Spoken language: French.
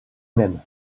même